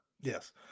Yes